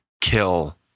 kill